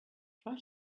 try